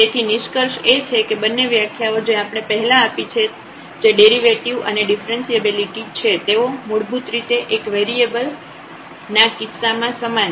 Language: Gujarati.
તેથી નિષ્કર્ષ એ છે કે બંને વ્યાખ્યાઓ જે આપણે પહેલા આપી છે જે ડેરિવેટિવ અને ડીફરન્સીએબિલિટી છે તેઓ મૂળભૂત રીતે એક વેરિયેબલ ના કિસ્સામાં સમાન છે